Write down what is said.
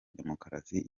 demokarasi